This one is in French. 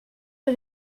est